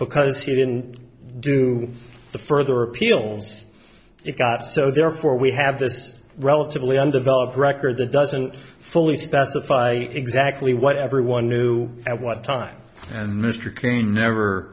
because he didn't do the further appeals it got so therefore we have this relatively undeveloped record that doesn't fully specify exactly what everyone knew at what time and mr crean never